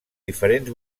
diferents